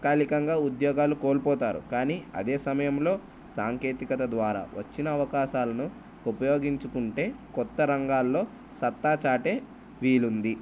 తాత్కాలికంగా ఉద్యోగాలు కోల్పోతారు కానీ అదే సమయంలో సాంకేతికత ద్వారా వచ్చిన అవకాశాలను ఉపయోగించుకుంటే క్రొత్త రంగాల్లో సత్తాచాటే వీలుంది